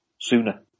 sooner